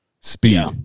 speed